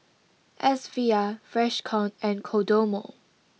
S V R Freshkon and Kodomo